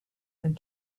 and